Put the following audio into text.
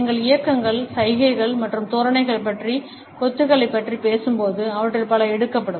எங்கள் இயக்கங்கள் சைகைகள் மற்றும் தோரணைகள் பற்றிய கொத்துகளைப் பற்றி பேசும்போது அவற்றில் பல எடுக்கப்படும்